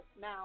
now